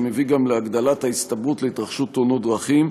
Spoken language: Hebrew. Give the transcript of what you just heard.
שמביא גם להגדלת ההסתברות להתרחשות תאונות דרכים.